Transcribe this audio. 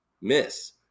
miss